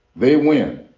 they win.